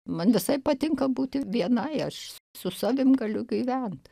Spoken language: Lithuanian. man visai patinka būti vienai aš su savim galiu gyvent